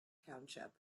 township